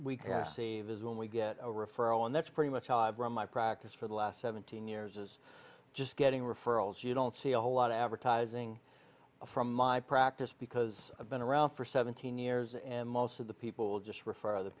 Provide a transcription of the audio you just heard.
can save his when we get a referral and that's pretty much i've run my practice for the last seventeen years is just getting referrals you don't see a whole lot of advertising from my practice because i've been around for seventeen years and most of the people just refer other